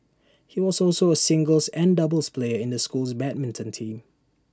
he was also A singles and doubles player in the school's badminton team